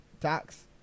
tax